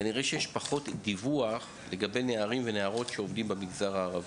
כנראה שיש פחות דיווח לגבי נערים ונערות שעובדים במגזר הערבי.